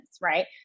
Right